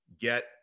get